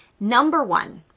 number one.